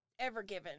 Evergiven